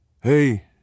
Hey